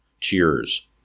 Cheers